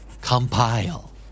Compile